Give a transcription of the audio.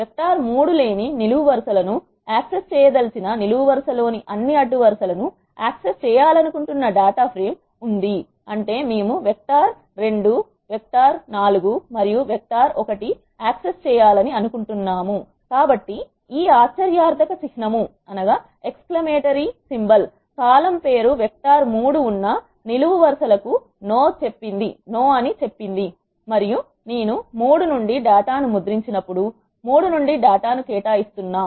vector 3 లేని నిలువు వరుస లను యాక్సెస్ చేయదలచిన నిలువు వరుస లోని అన్ని అడ్డు వరుస లను యాక్సెస్ చేయాలనుకుంటున్న డేటా ఫ్రేమ్ ఉంది అంటే మేము వెక్టార్ 2 వెక్టార్ 4 మరియు వెక్టార్ 1 యాక్సెస్ చేయాలని అనుకుంటున్నాము కాబట్టి ఈ ఆశ్చర్యార్థక చిహ్నము కాలమ్ పేరు వెక్టార్ 3 ఉన్న నిలువు వరుస లకు నో చెప్పింది మరియు నేను 3 నుండి డేటాను ముద్రించినప్పుడు 3 నుండి డేటాను కేటాయిస్తున్నాం